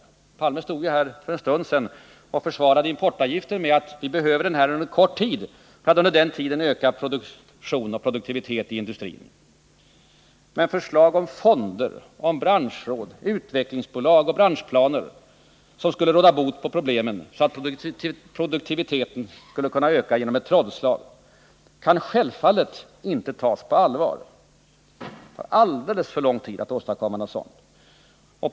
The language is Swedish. Olof Palme stod här för en stund sedan och försvarade importavgifter med att vi behöver sådana under en kort tid för att under den tiden öka produktion och produktivitet i industrin. Men att förslag om fonder, branschråd, utvecklingsbolag och branschplaner skulle råda bot på problemen, så att produktiviteten skulle öka som genom ett trollslag, kan självfallet inte tas på allvar. Det tar bl.a. alldeles för lång tid att den vägen åstadkomma resultat, i den mån det på det sättet över huvud blir möjligt.